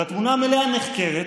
והתמונה המלאה נחקרת.